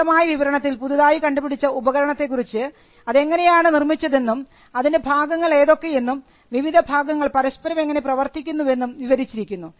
വിശദമായ വിവരണത്തിൽ പുതുതായി കണ്ടുപിടിച്ച ഉപകരണത്തെ കുറിച്ച് അതെങ്ങനെയാണ് നിർമ്മിച്ചതെന്നും അതിൻറെ ഭാഗങ്ങൾ ഏതൊക്കെയെന്നും വിവിധ ഭാഗങ്ങൾ പരസ്പരം എങ്ങനെ പ്രവർത്തിക്കുന്നു എന്നും വിവരിച്ചിരിക്കുന്നു